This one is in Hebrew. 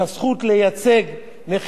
אלמנות ויתומים, זה הכול.